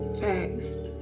Facts